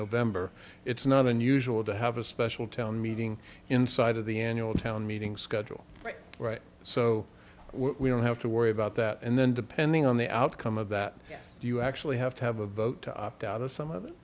november it's not unusual to have a special town meeting inside of the annual town meeting schedule right so we don't have to worry about that and then depending on the outcome of that you actually have to have a vote to opt out of some of